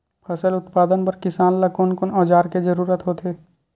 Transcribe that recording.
फसल उत्पादन बर किसान ला कोन कोन औजार के जरूरत होथे?